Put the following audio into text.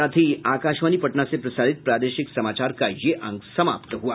इसके साथ ही आकाशवाणी पटना से प्रसारित प्रादेशिक समाचार का ये अंक समाप्त हुआ